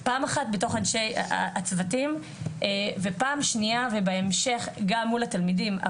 פעם אחת בתוך אנשי הצוותים ופעם שנייה ובהמשך גם מול התלמידים,